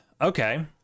Okay